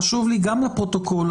חשוב לי גם לומר לפרוטוקול,